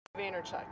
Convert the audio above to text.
Vaynerchuk